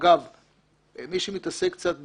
אגב, מי שמתעסק קצת בטוויטר,